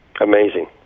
Amazing